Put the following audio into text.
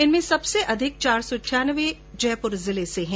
इनमें सबसे अधिक चार सौ अठानवे जयपुर जिले के है